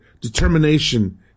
determination